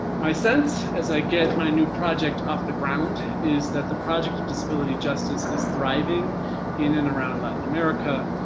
my sense, as i get my new project off the ground, is that the project of disability justice is thriving in and around latin america,